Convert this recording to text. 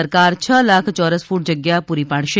સરકાર છ લાખ ચોરસ ક્રટ જગ્યા પ્રરી પાડશે